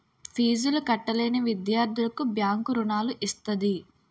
ఫీజులు కట్టలేని విద్యార్థులకు బ్యాంకు రుణాలు ఇస్తది